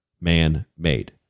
man-made